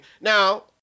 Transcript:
Now